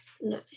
No